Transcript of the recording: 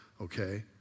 okay